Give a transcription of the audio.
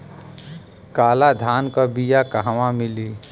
काला धान क बिया कहवा मिली?